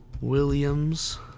Williams